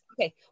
Okay